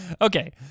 Okay